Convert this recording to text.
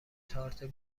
تارت